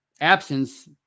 absence